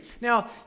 Now